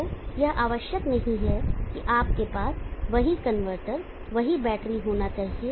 तो यह आवश्यक नहीं है कि आपके पास वही कनवर्टर वही बैटरी होना चाहिए